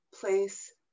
place